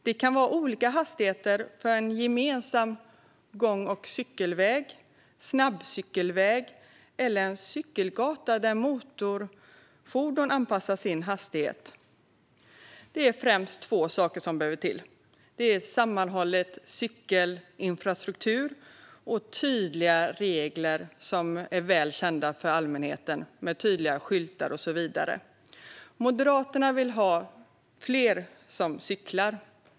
Det kan vara olika hastigheter för en gemensam gång och cykelväg, snabbcykelväg eller en cykelgata där motorfordon anpassar sin hastighet. Det är främst två saker som behöver komma till: en sammanhållen cykelinfrastruktur och tydliga regler som är väl kända för allmänheten med tydliga skyltar och så vidare. Moderaterna vill ha fler som cyklar.